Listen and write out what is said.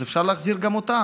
אז אפשר להחזיר גם אותם.